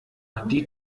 die